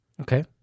Okay